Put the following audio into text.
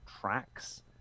tracks